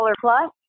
plus